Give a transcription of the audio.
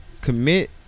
commit